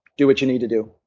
do what you need to do